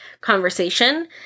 conversation